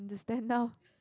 the stand now